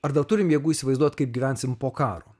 ar dar turim jėgų įsivaizduot kaip gyvensim po karo